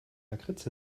lakritz